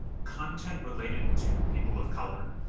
content related to people of color.